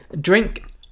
Drink